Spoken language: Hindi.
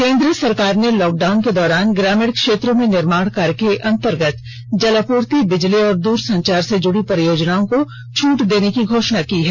केन्द्र सरकार ने लॉक डाउन के दौरान ग्रामीण क्षेत्रों में निर्माण कार्य के अंतर्गत जलापूर्ति बिजली और दूरसंचार से जुड़ी परियोजनाओं को छूट देने की घोषणा की है